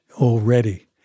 already